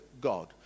God